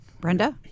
Brenda